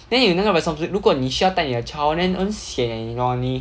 then 有哪个 responsib~ 如果你需要带你的 child then 很闲你懂你